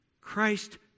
Christ